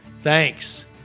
thanks